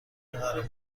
قرار